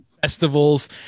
festivals